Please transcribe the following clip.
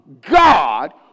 God